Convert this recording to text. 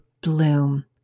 bloom